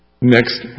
Next